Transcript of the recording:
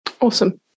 Awesome